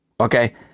Okay